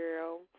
Girl